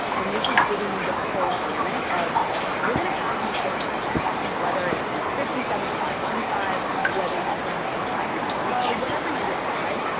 and this is giving you the full gamut of you're gonna have these different sections whether it's you know, fifty seventy five twenty five whether you rank them high medium-low, whatever you decide,